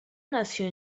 nació